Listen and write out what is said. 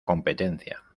competencia